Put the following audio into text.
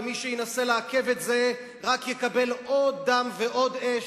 ומי שינסה לעכב את זה רק יקבל עוד דם ועוד אש,